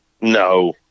No